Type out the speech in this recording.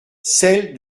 celle